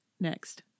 Next